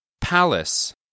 Palace